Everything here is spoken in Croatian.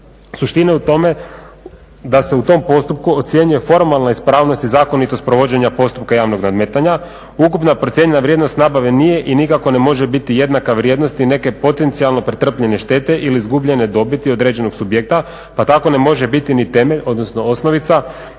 Suština je u tome da se u tom postupku ocjenjuju formalne ispravnosti i zakonitost provođenja postupka javnog nadmetanja, ukupna procijenjena vrijednost nabave nije i nikako ne može biti jednaka vrijednosti neke potencijalne pretrpljene štete ili izgubljene dobiti određenog subjekta pa tako ne može biti ni temelj, odnosno osnovica